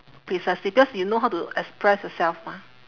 precisely because you know how to express yourself mah